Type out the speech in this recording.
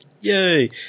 yay